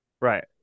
Right